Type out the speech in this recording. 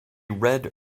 red